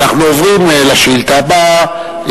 ואנחנו עוברים לשאילתא הבאה,